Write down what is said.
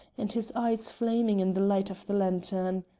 and his eyes flaming in the light of the lantern.